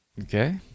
okay